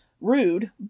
rude